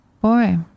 Boy